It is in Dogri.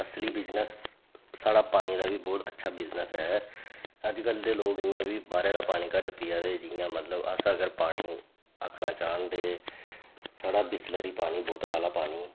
असली बिजनस साढ़ा पानी दा बी बोह्त अच्छा बिजनस ऐ अज्जकल दे लोग इ'यां बी बाह्रा दा पानी घट्ट पियै दे जियां मतलब अस अगर पानी आखना चाह्न ते साढ़ा बिसलिरी पानी बोतल आह्ला पानी